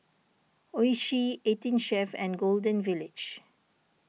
Oishi eighteen Chef and Golden Village